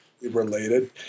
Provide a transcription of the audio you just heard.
related